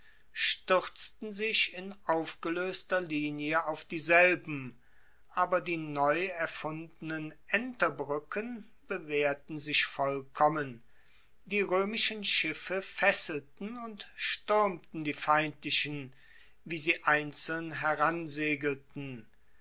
stuerzten sich in aufgeloester linie auf dieselben aber die neu erfundenen enterbruecken bewaehrten sich vollkommen die roemischen schiffe fesselten und stuermten die feindlichen wie sie einzeln